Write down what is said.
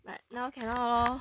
but now cannot lor